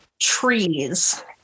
trees